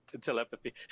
telepathy